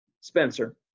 Spencer